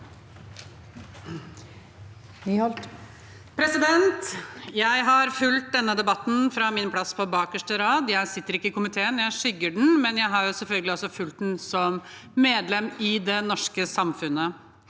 Jeg har fulgt denne debatten fra min plass på bakerste rad. Jeg sitter ikke i komiteen, jeg skygger den, men jeg har selvfølgelig fulgt debatten også som medlem i det norske samfunnet.